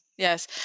Yes